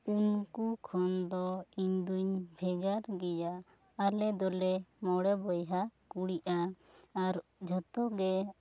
ᱩᱱᱠᱩ ᱠᱷᱚᱱ ᱫ ᱤᱧ ᱫᱚᱧ ᱵᱷᱮᱜᱟᱨ ᱜᱮᱭᱟ ᱟᱞᱮ ᱫᱚᱞᱮ ᱢᱚᱬᱮ ᱵᱚᱭᱦᱟ ᱠᱩᱲᱤᱜᱼᱟ ᱟᱨ ᱡᱷᱚᱛᱚ ᱜᱮ